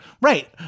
right